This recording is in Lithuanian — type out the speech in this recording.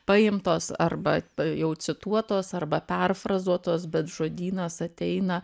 paimtos arba jau cituotos arba perfrezuotos bet žodynas ateina